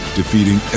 defeating